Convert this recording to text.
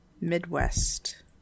midwest